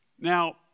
Now